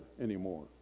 anymore